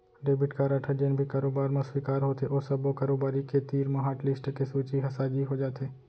debit card ह जेन भी कारोबार म स्वीकार होथे ओ सब्बो कारोबारी के तीर म हाटलिस्ट के सूची ह साझी हो जाथे